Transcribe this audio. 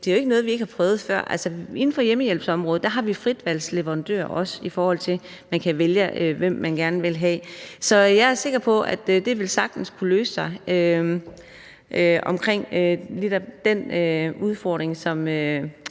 at det jo ikke er noget, vi ikke har prøvet før. Inden for hjemmehjælpsområdet har vi også fritvalgsleverandører, så man kan vælge, hvem man gerne vil have. Så jeg er sikker på, at det sagtens vil kunne løse sig, når det gælder den udfordring, som